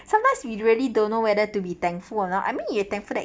sometimes we really don't know whether to be thankful or not I mean you thankful that